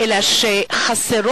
אלא שהיעדר